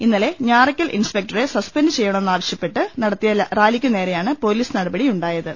ഇന്നലെ ഞാറയ്ക്കൽ ഇൻസ്പെക്ടറെ സസ്പെൻഡ് ചെയ്യണമെന്നാ വശ്യപ്പെട്ട് നടത്തിയ റാലിക്കുനേരെയാണ് പൊലീസ് നടപടി യുണ്ടായത്